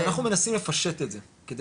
זה --- אז אנחנו מנסים לפשט את זה כדי